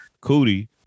Cootie